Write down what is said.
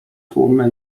tłumy